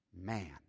man